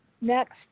Next